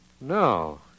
No